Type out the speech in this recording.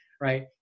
Right